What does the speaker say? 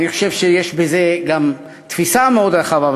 אני חושב שיש בזה גם תפיסה מאוד רחבה.